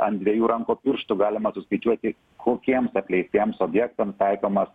an dviejų rankų pirštų galima suskaičiuoti kokiems apleistiems objektams taikomas